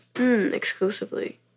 exclusively